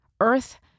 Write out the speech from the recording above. Earth